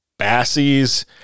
Bassies